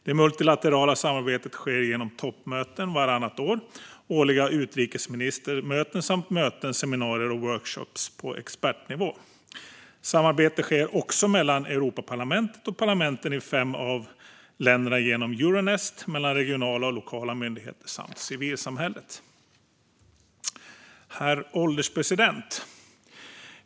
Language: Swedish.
Det multilaterala samarbetet sker genom toppmöten vartannat år, årliga utrikesministermöten samt möten, seminarier och workshops på expertnivå. Samarbete sker också mellan Europaparlamentet och parlamenten i fem av länderna genom Euronest, mellan regionala och lokala myndigheter samt genom civilsamhället. Herr ålderspresident!